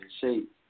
shape